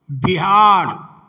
Bihar